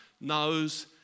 knows